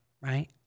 right